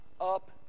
up